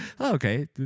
Okay